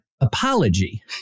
apology